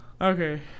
okay